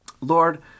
Lord